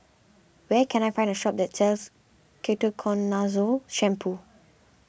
where can I find a shop that sells Ketoconazole Shampoo